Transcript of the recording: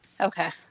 Okay